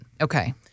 Okay